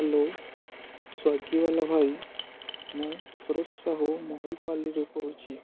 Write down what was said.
hello Swiggy ବାଲା ଭାଇ ମୁଁ ସୁରୋଜ ସାହୁ ମହୁଲପଲିରୁ କହୁଛି